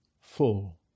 full